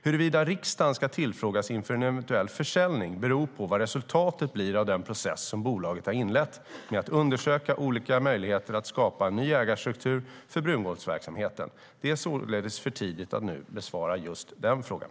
Huruvida riksdagen ska tillfrågas inför en eventuell försäljning beror på vad resultatet blir av den process som bolaget har inlett med att undersöka olika möjligheter att skapa en ny ägarstruktur för brunkolsverksamheten. Det är således för tidigt att nu besvara just den frågan.